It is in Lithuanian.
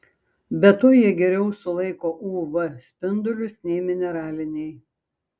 be to jie geriau sulaiko uv spindulius nei mineraliniai